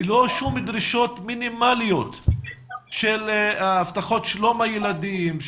ללא כל דרישות מינימליות להבטחת שלום הילדים,